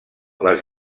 les